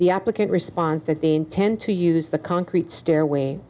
the applicant responds that they intend to use the concrete stairway